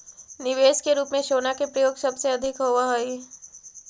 निवेश के रूप में सोना के प्रयोग सबसे अधिक होवऽ हई